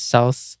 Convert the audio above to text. South